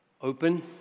open